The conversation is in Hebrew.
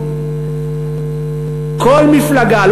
כל מפלגה,